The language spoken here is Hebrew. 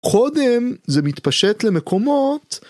קודם זה מתפשט למקומות.